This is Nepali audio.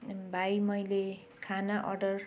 भाइ मैले खाना अर्डर